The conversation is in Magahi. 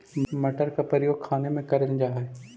मटर का प्रयोग खाने में करल जा हई